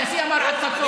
הנשיא אמר עד חצות.